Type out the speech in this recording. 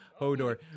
Hodor